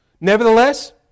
Nevertheless